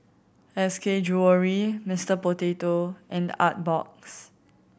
S K Jewellery Mister Potato and Artbox